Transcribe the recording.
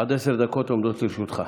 עד עשר דקות עומדות לרשותך.